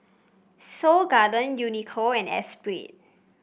Seoul Garden Uniqlo and Espirit